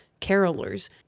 carolers